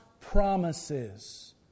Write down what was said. promises